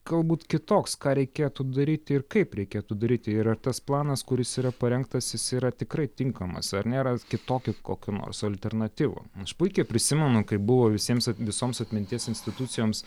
galbūt kitoks ką reikėtų daryti ir kaip reikėtų daryti ir ar tas planas kuris yra parengtas jis yra tikrai tinkamas ar nėra kitokių kokių nors alternatyvų aš puikiai prisimenu kaip buvo visiems visoms atminties institucijoms